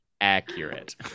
Accurate